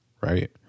right